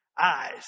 eyes